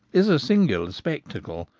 is a singular spectacle,